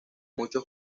muchos